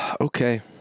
Okay